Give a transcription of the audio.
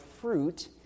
fruit